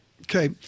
Okay